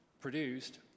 produced